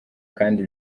kandi